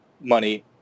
money